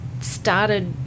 started